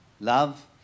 love